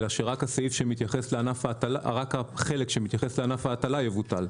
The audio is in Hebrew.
אלא שרק החלק שמתייחס לענף ההטלה יבוטל.